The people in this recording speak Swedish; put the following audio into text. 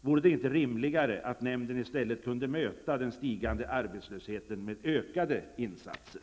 Vore det inte rimligare att nämnden i stället kunde möta den stigande arbetslösheten med ökade insatser?